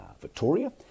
Victoria